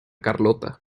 carlota